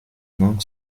lang